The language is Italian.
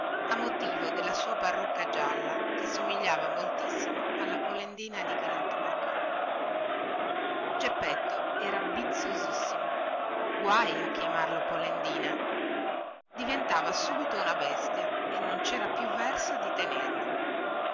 a motivo della sua parrucca gialla che somigliava moltissimo alla polendina di granturco geppetto era bizzosissimo guai a chiamarlo polendina diventava subito una bestia e non cera più verso di tenerlo